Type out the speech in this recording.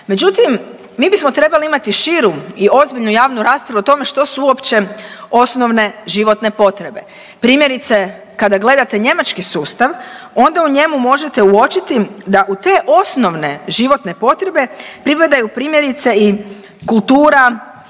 Međutim, mi bismo trebali imati širu i ozbiljnu javnu raspravu o tome što su uopće osnovne životne potrebe. Primjerice kada gledate njemački sustav onda u njemu možete uočiti da u te osnovne životne potrebe pripadaju primjerice i kultura